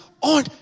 on